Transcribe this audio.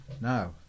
now